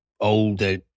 older